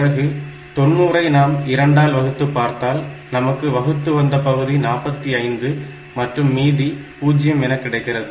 பிறகு 90 ஐ நாம் 2 ஆல் வகுத்து பார்த்தால் நமக்கு வகுத்து வந்த பகுதி 45 மற்றும் மீதி 0 என கிடைக்கிறது